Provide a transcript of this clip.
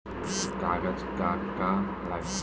कागज का का लागी?